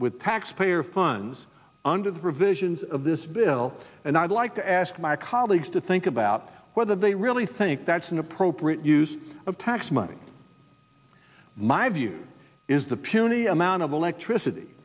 with taxpayer funds under the provisions of this bill and i'd like to ask my colleagues to think about whether they really think that's an appropriate use of tax money my view is the puny amount of electricity